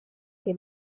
che